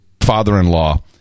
father-in-law